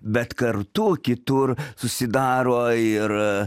bet kartu kitur susidaro ir